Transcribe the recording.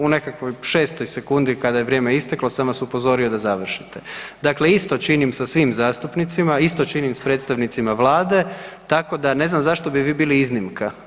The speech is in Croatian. U nekakvoj šestoj sekundi kada je vrijeme isteklo sam vas upozorio da završite, dakle isto činim sasvim zastupnicima, isto činim s predstavnicima Vlade, tako da ne znam zašto bi vi bili iznimka.